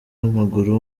w’amaguru